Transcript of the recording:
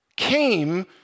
came